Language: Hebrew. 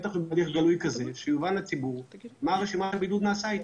בטח בהליך גלוי כזה שיובן לציבור, מה נעשה עם